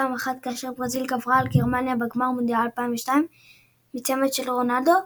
פעם אחת כאשר ברזיל גברה על גרמניה בגמר מונדיאל 2002 מצמד של רונאלדו,